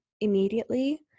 immediately